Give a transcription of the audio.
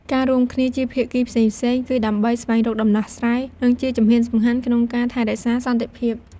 ការរួមគ្នាជាភាគីផ្សេងៗ គឺដើម្បីស្វែងរកដំណោះស្រាយ និងជាជំហានសំខាន់ក្នុងការថែរក្សាសន្តិភាព។